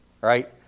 Right